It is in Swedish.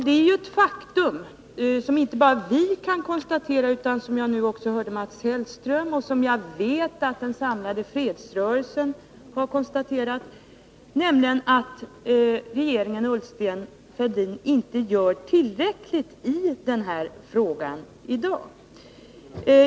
Det är ju ett faktum, som inte bara vi kan konstatera utan som jag nyss hörde Mats Hellström konstatera och som jag vet att den samlade fredsrörelsen har konstaterat, att regeringen Fälldin-Ullsten i dag inte gör tillräckligt mycket i den här frågan.